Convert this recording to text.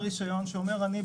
בעל רישיון שבא ואומר "אני,